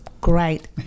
great